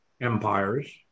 empires